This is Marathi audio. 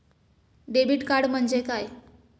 डेबिट कार्ड म्हणजे काय?